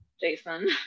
Jason